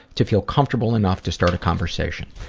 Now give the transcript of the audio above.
to feel comfortable enough to start a conversation.